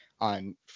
on